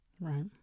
Right